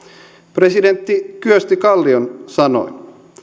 presidentti kyösti kallion sanoin